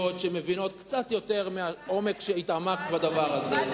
שמבינות קצת יותר מהעומק שהתעמקת בדבר הזה.